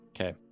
Okay